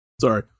Sorry